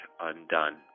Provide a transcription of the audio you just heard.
undone